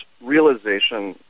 realization